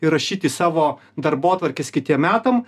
įrašyt į savo darbotvarkes kitiem metam